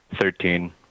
Thirteen